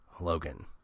Logan